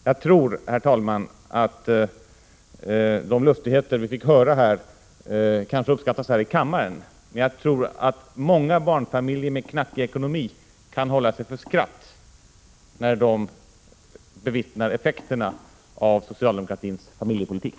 Jag tror, herr talman, att de lustigheter vi fick höra här kanske uppskattas i kammaren, men jag tror att många barnfamiljer med knackig ekonomi kan hålla sig för skratt när de nödgas leva med effekterna av socialdemokratins familjepolitik.